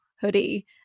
hoodie